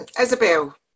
Isabel